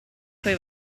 coi